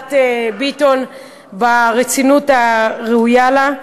ועדת ביטון ברצינות הראויה לו.